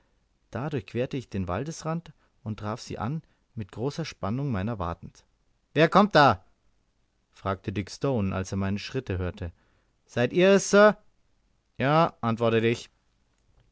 da durchquerte ich den waldesrand und traf sie an mit großer spannung meiner wartend wer kommt da fragte dick stone als er meine schritte hörte seid ihr es sir ja antwortete ich